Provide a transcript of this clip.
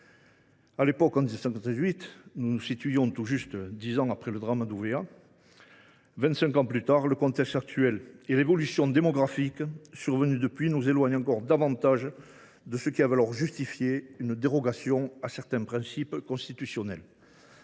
de 2007. En 1998, nous étions tout juste dix ans après le drame d’Ouvéa. Vingt cinq ans plus tard, le contexte et l’évolution démographique nous éloignent encore davantage de ce qui avait alors justifié une dérogation à certains principes constitutionnels.